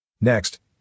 Next